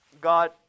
God